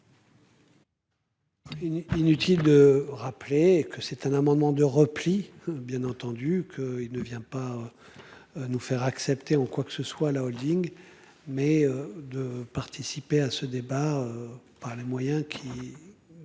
Inutile de rappeler que c'est un amendement de repli. Bien entendu qu'il ne vient pas. Nous faire accepter ou quoi que ce soit la Holding mais de participer à ce débat, par les moyens qui.